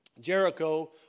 Jericho